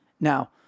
Now